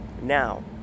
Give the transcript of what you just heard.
now